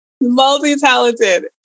multi-talented